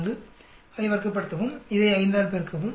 4 அதை வர்க்கப்படுத்தவும் இதை 5 ஆல் பெருக்கவும்